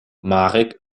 marek